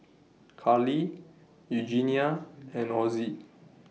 Karley Eugenia and Ozzie